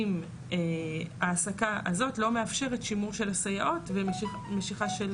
עם העסקה הזאת לא מאפשרת שימור של סייעות ומשיכה של